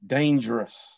dangerous